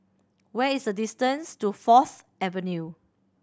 where is the distance to Fourth Avenue